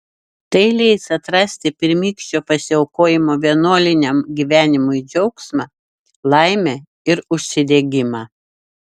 tai leis atrasti pirmykščio pasiaukojimo vienuoliniam gyvenimui džiaugsmą laimę ir užsidegimą